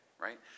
right